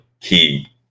key